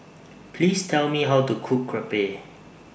Please Tell Me How to Cook Crepe